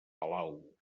palau